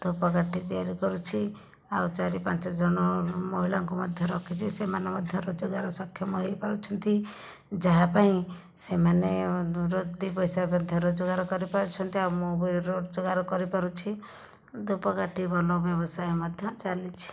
ଧୂପକାଠି ତିଆରି କରୁଛି ଆଉ ଚାରି ପାଞ୍ଚ ଜଣ ମହିଳାଙ୍କୁ ମଧ୍ୟ ରଖିଛି ସେମାନେ ମଧ୍ୟ ରୋଜଗାର ସକ୍ଷମ ହେଇପାରୁଛନ୍ତି ଯାହାପାଇଁ ସେମାନେ ଦୁଇ ପଇସା ମଧ୍ୟ ରୋଜଗାର କରିପାରୁଛନ୍ତି ଆଉ ମୁଁ ବି ରୋଜଗାର କରିପାରୁଛି ଧୂପକାଠି ଭଲ ବ୍ୟବସାୟ ମଧ୍ୟ ଚାଲିଛି